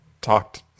talked